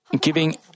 giving